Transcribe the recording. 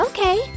Okay